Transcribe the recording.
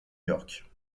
york